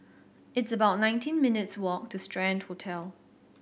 it's about nineteen minutes' walk to Strand Hotel